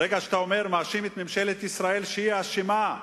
ברגע שאתה מאשים את ממשלת ישראל, שהיא האשמה,